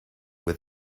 with